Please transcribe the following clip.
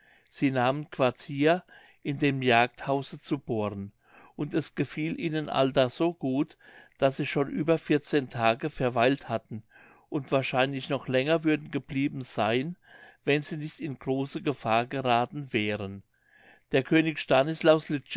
sie nahmen quartier in dem jagdhause zu born und es gefiel ihnen allda so gut daß sie schon über vierzehn tage verweilt hatten und wahrscheinlich noch länger würden geblieben sein wenn sie nicht in große gefahr gerathen wären der könig stanislaus